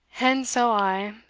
and so i,